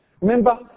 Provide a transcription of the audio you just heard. Remember